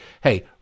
hey